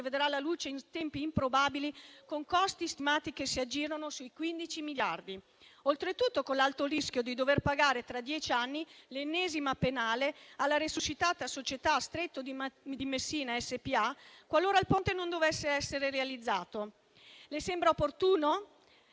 vedrà la luce in tempi improbabili, con costi stimati che si aggirano sui 15 miliardi; oltretutto, con l'alto rischio di dover pagare tra dieci anni l'ennesima penale alla resuscitata società Stretto di Messina SpA, qualora il ponte non dovesse essere realizzato. Le sembra opportuno?